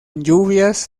lluvias